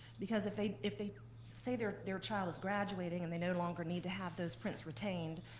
because if they if they say their their child is graduating and they no longer need to have those prints retained,